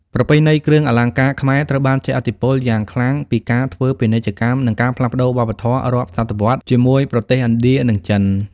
ប្រពៃណីគ្រឿងអលង្ការខ្មែរត្រូវបានជះឥទ្ធិពលយ៉ាងខ្លាំងពីការធ្វើពាណិជ្ជកម្ម និងការផ្លាស់ប្តូរវប្បធម៌រាប់សតវត្សជាមួយប្រទេសឥណ្ឌា និងចិន។